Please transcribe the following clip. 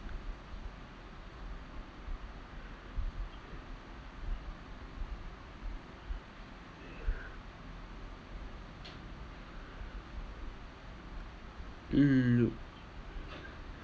mm